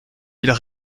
ils